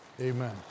Amen